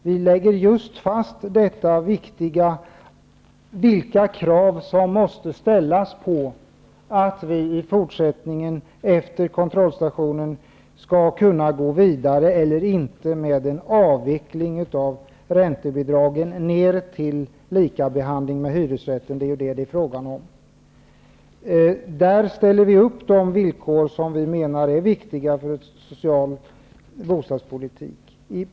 Vi lägger fast det som är viktigt, nämligen vilka krav som måste ställas på att vi i fortsättningen, efter kontrollstationen, skall kunna gå vidare med en avveckling av räntebidragen ner till lika behandling med hyresrätten. Det är detta det är frågan om. Där ställer vi upp de villkor som vi menar är viktiga för en social bostadspolitik.